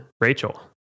Rachel